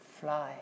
fly